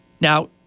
Now